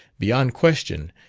beyond question,